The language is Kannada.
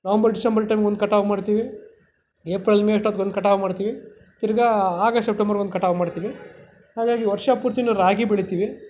ನವಂಬರ್ ಡಿಸೆಂಬರ್ ಟೈಮ್ ಒಂದು ಕಟಾವು ಮಾಡ್ತೀವಿ ಏಪ್ರಿಲ್ ಮೇ ಅಷ್ಟೊತ್ಗೆ ಒಂದು ಕಟಾವು ಮಾಡ್ತೀವಿ ತಿರುಗ ಹಾಗೆ ಸೆಪ್ಟೆಂಬರ್ ಒಂದು ಕಟಾವು ಮಾಡ್ತೀವಿ ನಾವು ಹೇಗೆ ವರ್ಷ ಪೂರ್ತಿಯೂ ರಾಗಿ ಬೆಳಿತೀವಿ